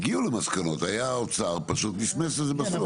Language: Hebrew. הגיעו למסקנות, היה האוצר שפשוט מסמס את זה בסוף.